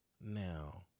now